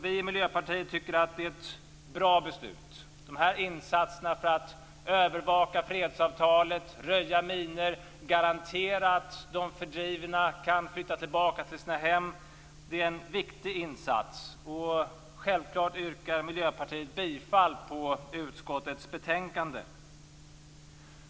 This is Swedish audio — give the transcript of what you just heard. Vi i Miljöpartiet tycker att det är ett bra beslut. Insatserna för att övervaka fredsavtalet, röja minor och garantera att de fördrivna kan flytta tillbaka till sina hem är viktiga. Självfallet yrkar Miljöpartiet bifall till hemställan i utskottets betänkande.